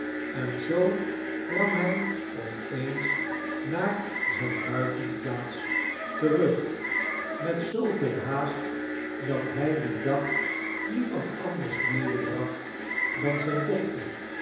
en zoo kwam hij op eens naar zijne buitenplaats terug met zooveel haast dat hij dien dag niemand anders medebracht dan zijne dochter